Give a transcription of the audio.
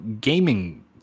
gaming